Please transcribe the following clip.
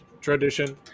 tradition